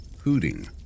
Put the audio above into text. hooting